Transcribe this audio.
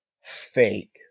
fake